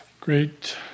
great